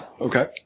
Okay